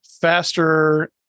faster